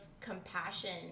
Compassion